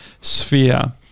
sphere